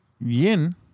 yin